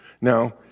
Now